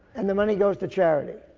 and the money goes to charity.